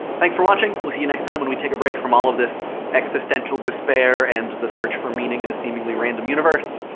thanks for watching. we'll see you next time when we take a break from all of this existential despair and the search for meaning in a seemingly random universe.